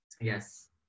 Yes